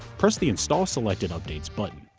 press the install selected updates button.